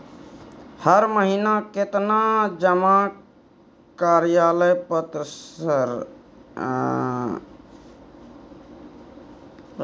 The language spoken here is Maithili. हर महीना केतना जमा कार्यालय पत्र सर?